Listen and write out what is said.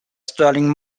sterling